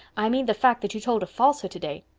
i mean the fact that you told a falsehood today.